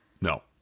No